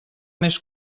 més